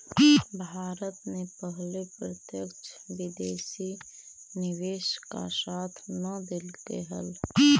भारत ने पहले प्रत्यक्ष विदेशी निवेश का साथ न देलकइ हल